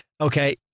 okay